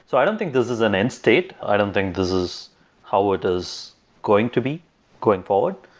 so i don't think this is an end state. i don't think this is how it is going to be going forward.